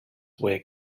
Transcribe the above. wear